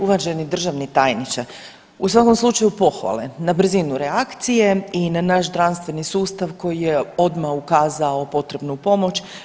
Uvaženi državni tajniče, u svakom slučaju pohvale, na brzinu reakcije i na naš zdravstveni sustav koji je odma ukazao potrebnu pomoć.